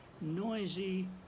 noisy